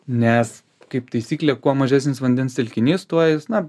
nes kaip taisyklė kuo mažesnis vandens telkinys tuo jis na